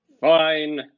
fine